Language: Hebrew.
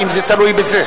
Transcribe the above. הוא שאל האם זה תלוי בזה,